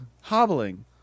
Hobbling